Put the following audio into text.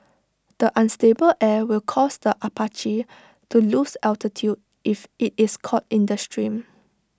the unstable air will cause the Apache to lose altitude if IT is caught in the stream